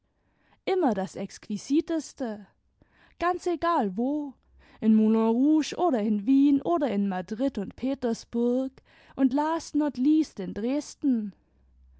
immer das exquisiteste ganz egal wo in moulin rouge oder in wien oder in madrid imd petersburg und last not least in dresden